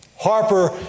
Harper